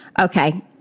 Okay